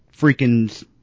freaking